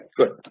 good